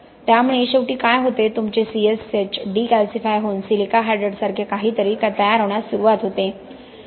त्यामुळे शेवटी काय होते तुमचे C S H डिकॅल्सीफाय होऊन सिलिका हायड्रेट सारखे काहीतरी तयार होण्यास सुरुवात होते